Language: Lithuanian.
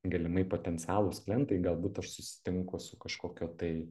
galimai potencialūs klientai galbūt aš susitinku su kažkokio tai